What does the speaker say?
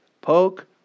poke